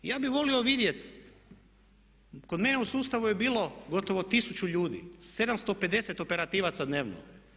Ja bih volio vidjeti, kod mene u sustavu je bilo gotovo 1000 ljudi, 750 operativaca dnevno.